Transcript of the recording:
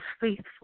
faithful